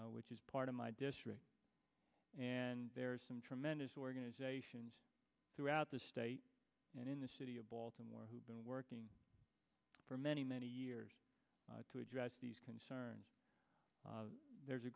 particular which is part of my district and there are some tremendous organizations throughout the state and in the city of baltimore who've been working for many many years to address these concerns there's a